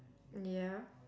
ya